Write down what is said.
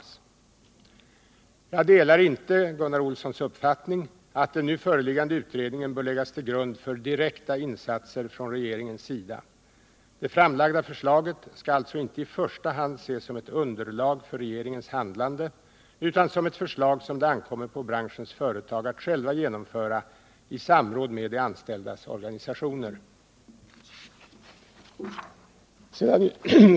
Jag delar inte Gunnar Olssons uppfattning att den nu föreliggande utredningen bör läggas till grund för direkta insatser från regeringens sida. Det framlagda förslaget skall alltså inte i första hand ses som ett underlag för regeringens handlande utan som ett förslag som det ankommer på branschens företag att själva genomföra i samråd med de anställdas organisationer.